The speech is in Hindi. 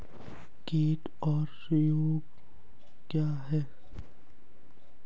कीट और रोग क्या हैं?